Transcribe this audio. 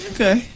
Okay